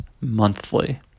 monthly